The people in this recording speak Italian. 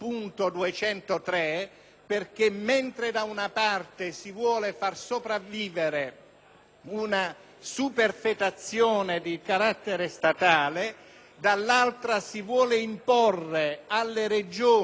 una superfetazione di carattere statale, dall'altra si vuole imporre alle Regioni e - cosa ancor più grave - ai soggetti utilizzatori, cioè all'agricoltura,